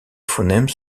phonèmes